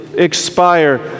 expire